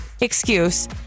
excuse